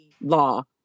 law